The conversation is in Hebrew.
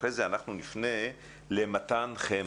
אחרי זה אנחנו נפנה למתן חמו.